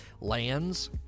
lands